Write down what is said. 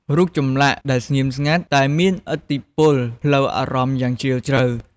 រូបចម្លាក់ដែលស្ងៀមស្ងាត់ តែមានឥទ្ធិពលផ្លូវអារម្មណ៍យ៉ាងជ្រាលជ្រៅ។